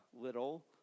little